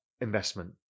investment